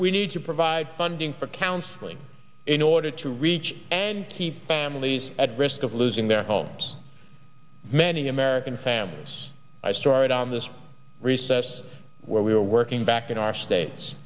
we need to provide funding for counseling in order to reach and keep families at risk of losing their homes many american families i started on this recess where we are working back in our states